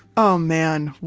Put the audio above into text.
oh man,